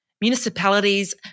Municipalities